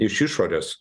iš išorės